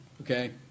okay